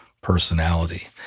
personality